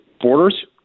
borders